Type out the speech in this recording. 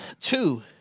Two